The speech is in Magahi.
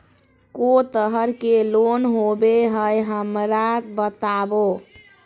को तरह के लोन होवे हय, हमरा बताबो?